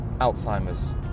Alzheimer's